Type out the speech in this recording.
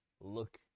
look